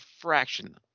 fraction